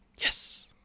Yes